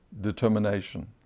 determination